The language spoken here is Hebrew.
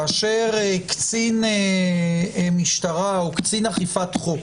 כאשר קצין משטרה או קצין אכיפת חוק,